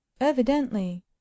evidently